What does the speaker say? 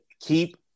keep